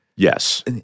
Yes